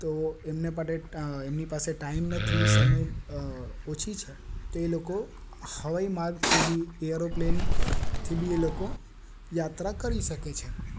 તો એમની પાસે ટાઈમ નથી સમય નથી ઓછી છે તો એ લોકો હવાઈ માર્ગથી બી એરોપ્લેન થી બી એ લોકો યાત્રા કરી શકે છે